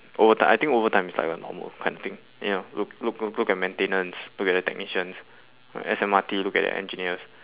overtim~ I think overtime is like a normal kind of thing ya look look look at maintenance look at the technicians uh S_M_R_T look at the engineers